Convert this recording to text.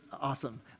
awesome